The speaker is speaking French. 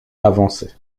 avancer